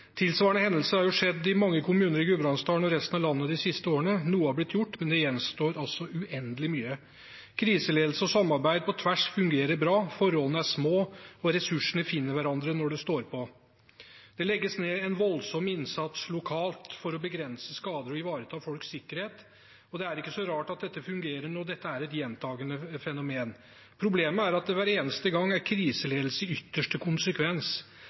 Tilsvarende hendelser har skjedd i mange kommuner i Gudbrandsdalen og resten av landet de siste årene. Noe er blitt gjort, men det gjenstår uendelig mye. Kriseledelse og samarbeid på tvers fungerer bra, forholdene er små, og ressursene finner hverandre når det står på. Det legges ned en voldsom innsats lokalt for å begrense skader og ivareta folks sikkerhet, og det er ikke så rart at dette fungerer når dette er et gjentagende fenomen. Problemet er at det hver eneste gang er kriseledelse i ytterste konsekvens,